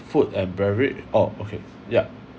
food and beverage oh okay yup